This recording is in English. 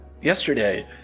yesterday